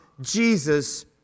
Jesus